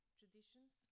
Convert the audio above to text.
traditions